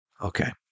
Okay